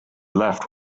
left